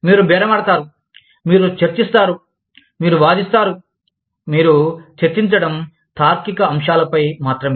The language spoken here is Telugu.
మీరు బేరమాడతారు మీరు చర్చిస్తారు మీరు వాదిస్తారు మీరు చర్చించడం తార్కిక అంశాలపై మాత్రమే